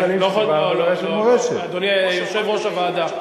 אדוני יושב-ראש הוועדה,